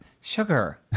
sugar